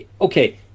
okay